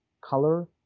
color